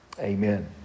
Amen